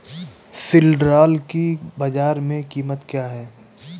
सिल्ड्राल की बाजार में कीमत क्या है?